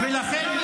על הברכיים.